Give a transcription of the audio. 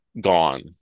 gone